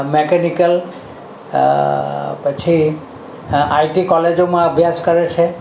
mechanical પછી IT કોલેજોમાં અભ્યાસ કરે છે